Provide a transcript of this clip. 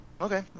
Okay